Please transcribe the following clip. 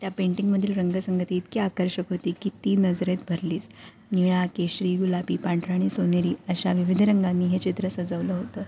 त्या पेंटिंगमधील रंगसंगती इतकी आकर्षक होती की ती नजरेत भरलीच निळा केशरी गुलाबी पांढरा आणि सोनेरी अशा विविध रंगांनी हे चित्र सजवलं होतं